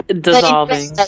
Dissolving